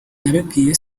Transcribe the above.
nabibwiye